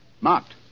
Marked